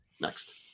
Next